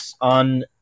on